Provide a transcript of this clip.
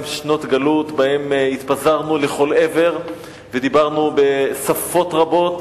שנות גלות שבהן התפזרנו לכל עבר ודיברנו בשפות רבות,